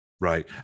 right